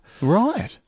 Right